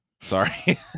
Sorry